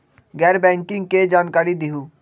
गैर बैंकिंग के जानकारी दिहूँ?